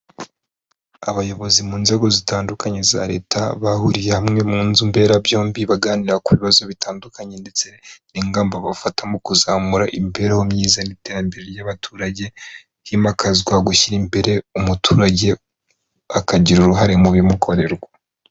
Abayobozi mu nzego zitandukanye za leta bahuriye hamwe mu nzu mberabyombi baganira ku bibazo bitandukanye ndetse n'ingamba bafata mu kuzamura imibereho myiza n'iterambere ry'abaturage, himakazwa gushyira imbere umuturage akagira uruhare mu bimukorerwa.